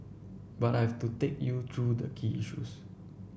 but I have to take you through the key issues